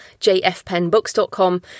jfpenbooks.com